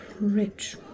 rich